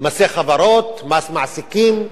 מסי חברות, מס מעסיקים,